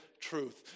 truth